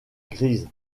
grise